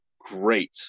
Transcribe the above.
great